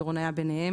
דורון היה ביניהם.